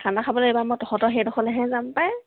খানা খাবলৈহে মই তহঁতৰ সেইডোখৰলৈহে যাম পায়